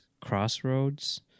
Crossroads